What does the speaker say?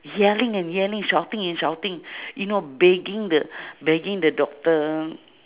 yelling and yelling shouting and shouting you know begging the begging the doctor